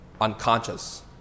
unconscious